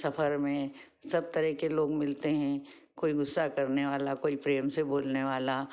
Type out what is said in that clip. सफर में सब तरह के लोग मिलते हैं कोई गुस्सा करने वाला कोई प्रेम से बोलने वाला